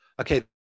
okay